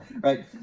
Right